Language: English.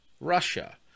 Russia